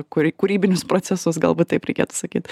kur kūrybinius procesus galbūt taip reikėtų sakyt